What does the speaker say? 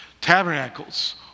Tabernacles